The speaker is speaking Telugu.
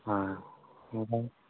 ఇంకా